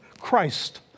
Christ